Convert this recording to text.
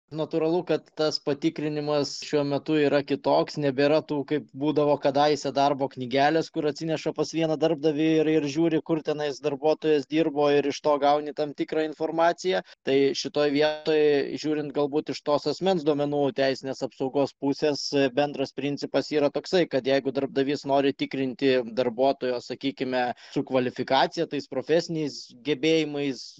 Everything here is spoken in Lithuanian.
natūralu kad tas patikrinimas šiuo metu yra kitoks nebėra tų kaip būdavo kadaise darbo knygelės kur atsineša pas vieną darbdavį ir ir žiūri kur tenai darbuotojas dirbo ir iš to gauni tam tikrą informaciją tai šitoje vietoj žiūrint galbūt iš tos asmens duomenų teisinės apsaugos pusės bendras principas yra toksai kad jeigu darbdavys nori tikrinti darbuotojo sakykime su kvalifikacija tais profesiniais gebėjimais